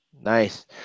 nice